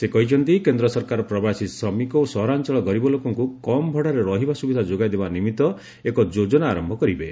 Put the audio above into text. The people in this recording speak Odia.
ସେ କହିଛନ୍ତି କେନ୍ଦ୍ର ସରକାର ପ୍ରବାସୀ ଶ୍ରମିକ ଓ ସହରାଞ୍ଚଳ ଗରିବ ଲୋକଙ୍କୁ କମ୍ ଭଡ଼ାରେ ରହିବା ସୁବିଧା ଯୋଗାଇ ଦେବା ନିମିତ୍ତ ଏକ ଯୋଜନା ଆରମ୍ଭ କରିବେ